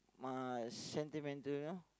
my sentimental you know